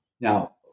now